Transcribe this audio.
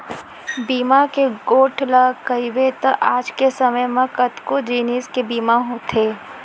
बीमा के गोठ ल कइबे त आज के समे म कतको जिनिस के बीमा होथे